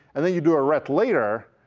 and then you do a write later,